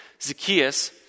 Zacchaeus